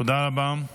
תודה רבה.